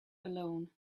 alone